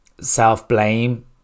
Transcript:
self-blame